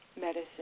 medicine